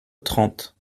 trente